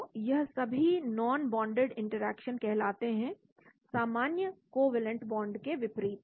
तो यह सभी नॉनबोंडेड इंटरेक्शन कहलाते हैं सामान्य कोवैलेंट बांड के विपरीत